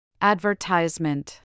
Advertisement